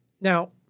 Now